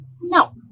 No